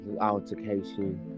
altercation